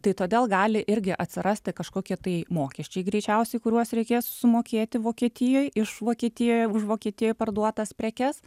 tai todėl gali irgi atsirasti kažkokie tai mokesčiai greičiausiai kuriuos reikės sumokėti vokietijoj iš vokietijoj už vokietijoj parduotas prekes